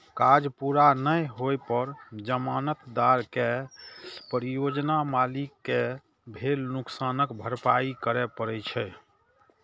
काज पूरा नै होइ पर जमानतदार कें परियोजना मालिक कें भेल नुकसानक भरपाइ करय पड़ै छै